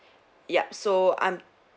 yup so I'm